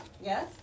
yes